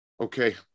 Okay